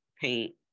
paint